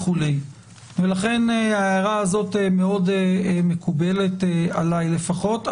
לכן ההערה הזאת מאוד מקובלת עליי, לפחות.